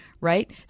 right